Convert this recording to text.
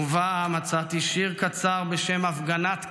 ובה מצאתי שיר קצר בשם "הפגנת כוח"